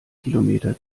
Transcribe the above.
kilometer